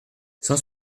cent